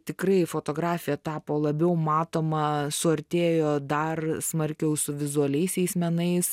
tikrai fotografija tapo labiau matoma suartėjo dar smarkiau su vizualiaisiais menais